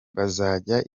bazajya